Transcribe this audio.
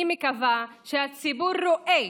אני מקווה שהציבור רואה